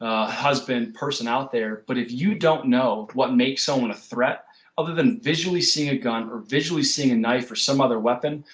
a person out there, but if you don't know what makes someone a threat other than visually seeing a gun or visually seeing a knife or some other weapon,